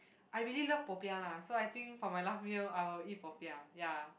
I really love popiah lah so I think for my last meal I will eat popiah ya